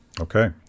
Okay